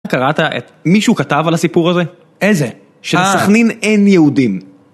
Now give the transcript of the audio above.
קראת את מישהו כתב על הסיפור הזה? איזה? שלסכנין אין יהודים